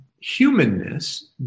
humanness